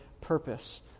purpose